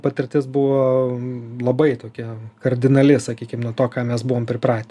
patirtis buvo labai tokia kardinali sakykim nuo to ką mes buvom pripratę